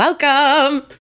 welcome